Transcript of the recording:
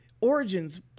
origins